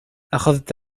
أخذت